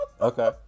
Okay